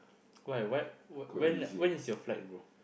why what what when when is your flight bro